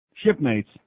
Shipmates